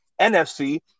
NFC